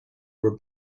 were